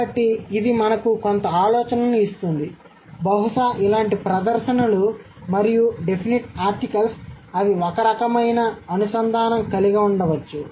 కాబట్టి ఇది మనకు కొంత ఆలోచనను ఇస్తుంది బహుశా ఇలాంటి ప్రదర్శనలు మరియు డెఫినిట్ ఆర్టికల్స్ అవి ఒకరకమైన అనుసంధానం కలిగి ఉండవచ్చు